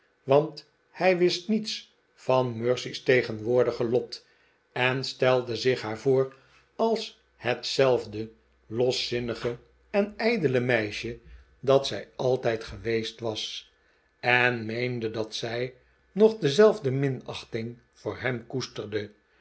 want hij wist niets van mercy's tegenwoordige lot en stelde zich haar voor als hetzelfde loszinnige en ijdele meisje dat zij altijd geweest was en meende dat zij nog dezelfde minachting voor hem koesterde